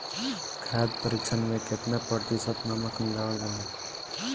खाद्य परिक्षण में केतना प्रतिशत नमक मिलावल जाला?